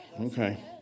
Okay